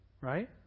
right